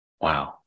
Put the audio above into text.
Wow